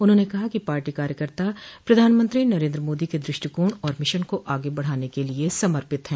उन्होंने कहा कि पार्टी कार्यकर्ता प्रधानमंत्री नरेन्द्र मोदी के दृष्टिकोण और मिशन को आगे बढ़ाने के लिये समर्पित है